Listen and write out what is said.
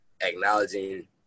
acknowledging